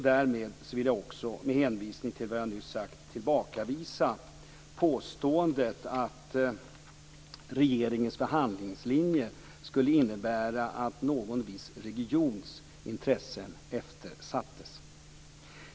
Därmed vill jag också, med hänvisning till vad jag nyss sagt, tillbakavisa påståendet att regeringens förhandlingslinje skulle innebära att någon viss regions intressen eftersätts.